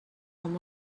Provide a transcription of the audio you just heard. com